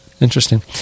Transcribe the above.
Interesting